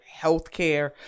healthcare